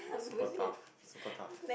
super tough super tough